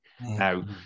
Now